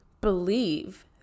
believe